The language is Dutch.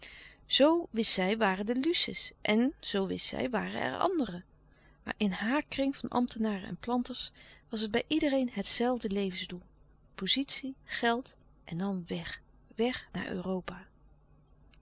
zoo wist zij waren de de luce's en zoo wist zij waren er anderen maar in haar kring van ambtenaren en planters was het bij iedereen het zelfde levensdoel pozitie geld en dan weg weg naar europa